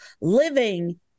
living